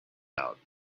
out